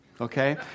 okay